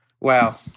Wow